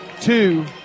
Two